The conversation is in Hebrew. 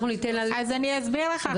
סליחה,